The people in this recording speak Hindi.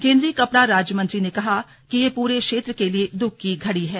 केन्द्रीय कपड़ा राज्यमंत्री ने कहा कि ये पूरे क्षेत्र के लिए द्ख की घड़ी है